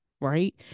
right